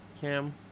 Cam